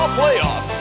playoff